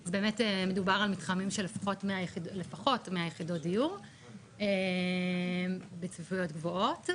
אז באמת מדובר על מתחמים של לפחות 100 יחידות דיור בצפיפויות גבוהות.